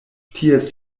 ties